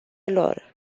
lor